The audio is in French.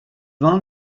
vend